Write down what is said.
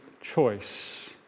choice